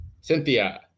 Cynthia